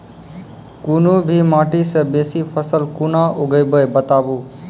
कूनू भी माटि मे बेसी फसल कूना उगैबै, बताबू?